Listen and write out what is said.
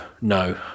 no